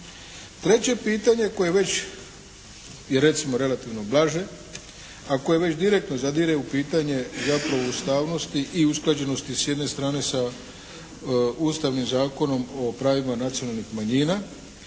Treće je pitanje koje je već i recimo relativno blaže, a koje već direktno zadire u pitanje zapravo ustavnosti i usklađenosti s jedne strane sa Ustavnim Zakonom o pravima nacionalnih manjina